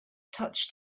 touched